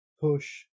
push